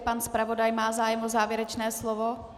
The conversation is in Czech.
Pan zpravodaj má zájem o závěrečné slovo?